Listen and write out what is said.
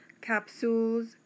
capsules